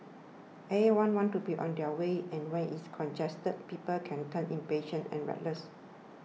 everyone wants to be on their way and when it's congested people can turn impatient and reckless